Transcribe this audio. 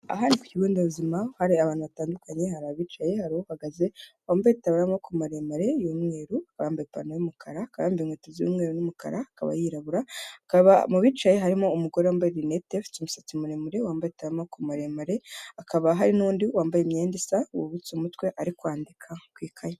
Aha ni ku kigo ndebuzima, hari abantu batandukanye, hari abicaye, hari uhagaze, wambaye itaburiya y'amaboko maremare y'umweru, yambaye ipantaro y'umukara, akaba yambaye inkweto z'umweru n'umukara, akaba yirabura, akaba mu bicaye harimo umugore wambaye rinete, afite umusatsi muremure, wambaye itaburiya y'amaboko maremare, hakaba hari n'undi wambaye imyenda isa, wubitse umutwe ari kwandika ku ikayi.